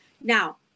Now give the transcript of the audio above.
Now